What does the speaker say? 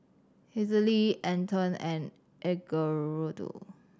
Hazelle Anton and Edgardo